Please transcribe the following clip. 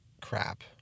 crap